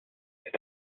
est